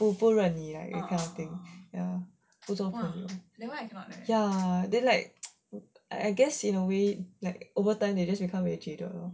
不不认你 like that kind of thing ya ya then like I guess in a way like over time they just become very